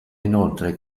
inoltre